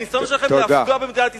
הניסיון שלכם לפגוע במדינת ישראל,